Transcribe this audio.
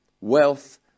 wealth